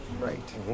right